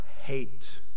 hate